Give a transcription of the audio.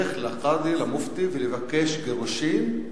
לשיח', לקאדי, למופתי, ולבקש גירושים.